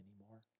anymore